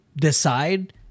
decide